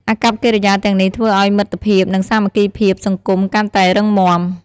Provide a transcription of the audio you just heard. អាកប្បកិរិយាទាំងនេះធ្វើឲ្យមិត្តភាព និងសាមគ្គីភាពសង្គមកាន់តែរឹងមាំ។